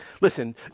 listen